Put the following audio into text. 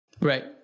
Right